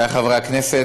עמיתיי חברי הכנסת,